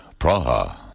Praha